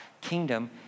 kingdom